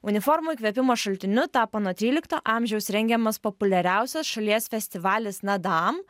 uniformų įkvėpimo šaltiniu tapo nuo trylikto amžiaus rengiamas populiariausias šalies festivalis nadam